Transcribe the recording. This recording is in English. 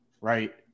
right